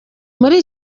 muri